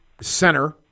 center